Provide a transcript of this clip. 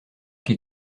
qui